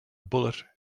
bullet